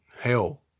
hell